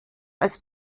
als